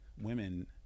women